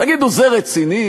תגידו, זה רציני?